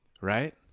right